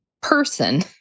person